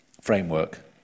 framework